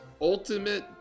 ultimate